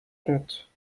comptes